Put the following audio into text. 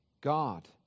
God